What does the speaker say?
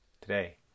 today